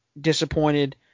disappointed